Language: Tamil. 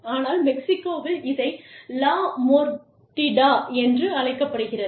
ஆனால் மெக்சிகோவில் இதை லா மொர்டிடா என்று அழைக்கப்படுகிறது